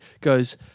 goes